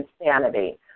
insanity